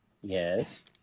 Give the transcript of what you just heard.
yes